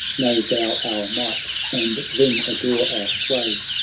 know thou our might, and then adore our sway